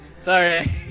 Sorry